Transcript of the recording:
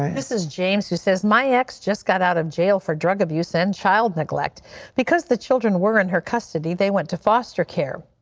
this is james that says my ex just got out of jail for drug abuse and child neglect because the children were in her custody they went to foster care.